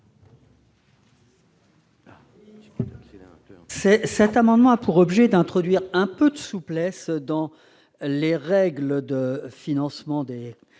Cet amendement a pour objet d'introduire un peu de souplesse dans les règles de financement des